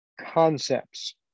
concepts